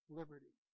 liberty